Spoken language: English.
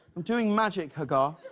i'm doing magic hagar.